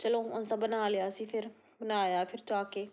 ਚਲੋ ਉਂਝ ਤਾਂ ਬਣਾ ਲਿਆ ਸੀ ਫਿਰ ਬਣਾਇਆ ਫਿਰ ਜਾ ਕੇ